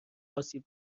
آسیب